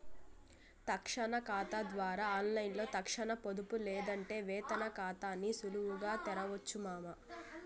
తక్షణ కాతా ద్వారా ఆన్లైన్లో తక్షణ పొదుపు లేదంటే వేతన కాతాని సులువుగా తెరవొచ్చు మామా